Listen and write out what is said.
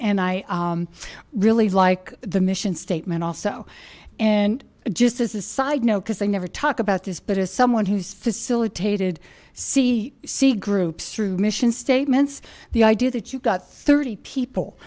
and i really like the mission statement also and just as a side note because they never talk about this but as someone who's facilitated c c groups through mission statements the idea that you've got thirty people